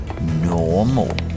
normal